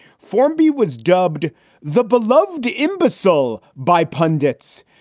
formby was dubbed the beloved imbecile by pundits.